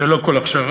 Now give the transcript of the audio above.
ללא כל הכשרה,